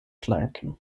flanken